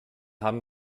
haben